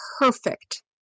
perfect